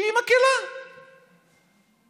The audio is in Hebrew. שהיא מקילה, למה?